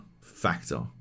factor